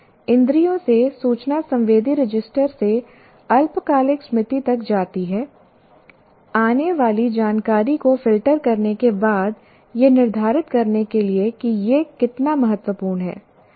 इंद्रियों से सूचना संवेदी रजिस्टर से अल्पकालिक स्मृति तक जाती है आने वाली जानकारी को फ़िल्टर करने के बाद यह निर्धारित करने के लिए कि यह कितना महत्वपूर्ण है